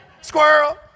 Squirrel